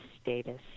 status